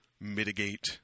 mitigate